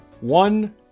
one